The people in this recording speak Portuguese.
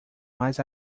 mais